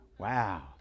Wow